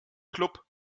club